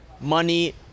money